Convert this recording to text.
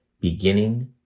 beginning